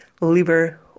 liver